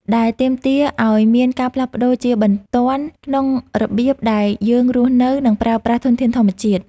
ដែលទាមទារឱ្យមានការផ្លាស់ប្តូរជាបន្ទាន់ក្នុងរបៀបដែលយើងរស់នៅ និងប្រើប្រាស់ធានធានធម្មជាតិ។